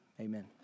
amen